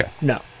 No